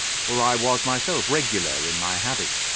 for i was myself regular in my habits.